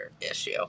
issue